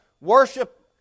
worship